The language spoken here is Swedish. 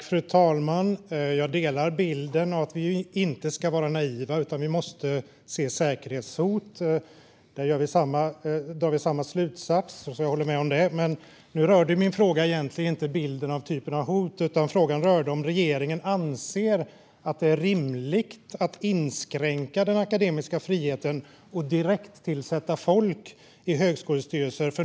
Fru talman! Jag delar bilden och uppfattningen att vi inte ska vara naiva utan måste se säkerhetshoten; där drar vi samma slutsats, och jag håller med om detta. Men min fråga rörde egentligen inte bilden av hottyperna utan om regeringen anser att det är rimligt att inskränka den akademiska friheten och direkttillsätta folk i högskolestyrelser.